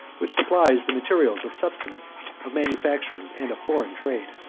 which supplies the materials of subsistence, of manufactures, and of foreign trade.